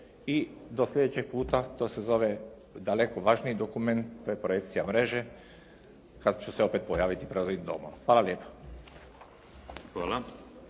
I do sljedećeg puta to se zove daleko važniji dokument, to je projekcija mreže, kada ću se opet pojaviti pred ovim Domom. Hvala lijepa.